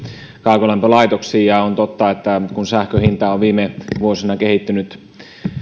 kaukolämpölaitoksiin on totta että kun sähkön hinta on viime vuosina kehittynyt